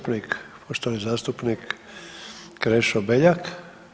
Poštovani zastupnik Krešo Beljak.